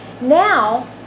now